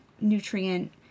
nutrient